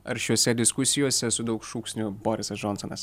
aršiose diskusijose su daug šūksnių borisas džonsonas